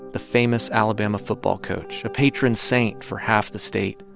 the famous alabama football coach, a patron saint for half the state.